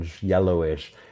yellowish